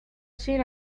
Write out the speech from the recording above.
sin